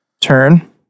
turn